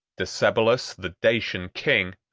decebalus, the dacian king,